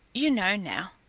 you know now.